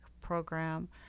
program